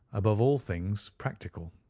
above all things practical.